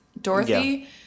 Dorothy